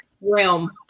realm